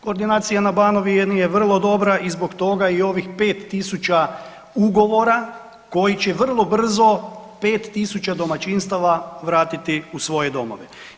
Koordinacija na Banovini je vrlo dobra i zbog toga i ovih 5000 ugovora koji će vrlo brzo 5000 domaćinstava vratiti u svoje domove.